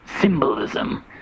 symbolism